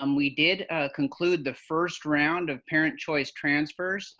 um we did conclude the first round of parent choice transfers.